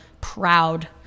proud